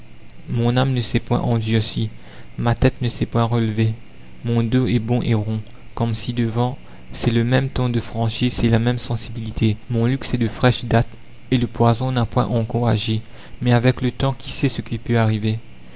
mon âme ne s'est point endurcie ma tête ne s'est point relevée mon dos est bon et rond comme ci-devant c'est le même ton de franchise c'est la même sensibilité mon luxe est de fraîche date et le poison n'a point encore agi mais avec le temps qui sait ce qui peut arriver